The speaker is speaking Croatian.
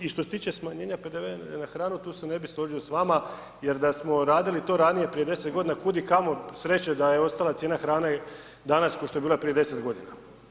I što se tiče smanjenja PDV-a na hranu tu se ne bih složio s vama jer da smo radili to ranije prije 10 godina kudikamo sreće da je ostala cijena hrane danas kao što je bila i prije 10 godina.